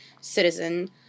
citizen